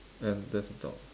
and there's a dog